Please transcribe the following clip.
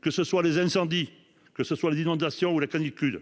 que ce soient par les incendies, les inondations ou la canicule,